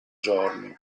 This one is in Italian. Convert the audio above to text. giorni